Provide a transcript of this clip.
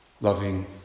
Loving